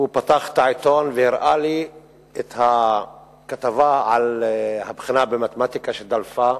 הוא פתח את העיתון והראה לי את הכתבה על הבחינה במתמטיקה שדלפה,